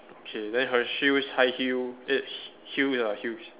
K then her shoes high heel eh h~ heels ah heels